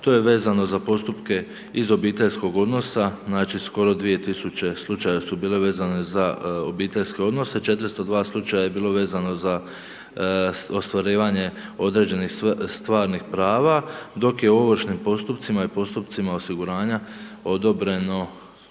to je vezano za postupke iz obiteljskog odnosa, znači skoro 2000 slučajeva su bile vezane za obiteljske odnose, 402 slučaja je bilo vezano za ostvarivanje određenih stvarnih prava dok je u ovršnim postupcima i postupcima osiguranja odobreno pravna